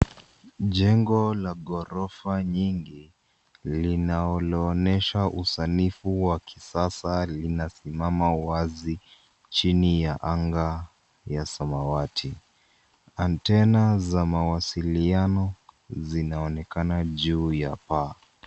Jengo la ghorofa nyingi linaloonyesha usanifu wa kisasa linasimama wazi chini ya anga ya samawati. Antena za mawasiliano zinaonekana juu ya paa.